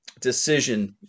decision